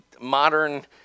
modern